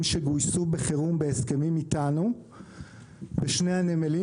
שגויסו בחירום בהסכמים איתנו בשני הנמלים,